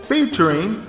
Featuring